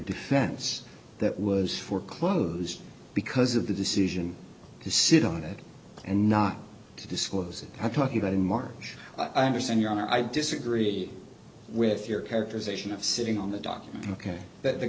defense that was foreclosed because of the decision to sit on it and not to disclose it i'm talking about in march i understand your honor i disagree with your characterization of sitting on the docket ok that the